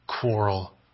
quarrel